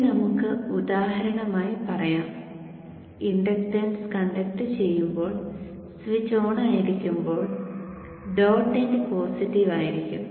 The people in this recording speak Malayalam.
ഇനി നമുക്ക് ഉദാഹരണമായി പറയാം ഇൻഡക്ടൻസ് കണ്ടക്ട് ചെയ്യുമ്പോൾ സ്വിച്ച് ഓണായിരിക്കുമ്പോൾ ഡോട്ട് എൻഡ് പോസിറ്റീവ് ആയിരിക്കും